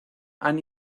han